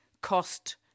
cost